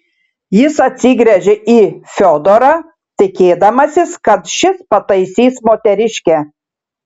jis atsigręžė į fiodorą tikėdamasis kad šis pataisys moteriškę